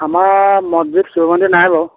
আমাৰ মছজিদ শিৱ মন্দিৰ নাই বাৰু